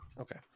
okay